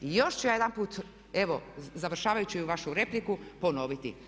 I još ću ja jedanput evo završavajući vašu repliku ponoviti.